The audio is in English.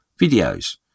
videos